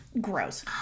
Gross